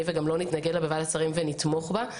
וגם לא נתנגד לה בוועדת שרים ונתמוך בה,